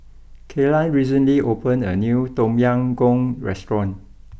Kaylan recently opened a new Tom Yam Goong restaurant